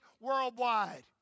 worldwide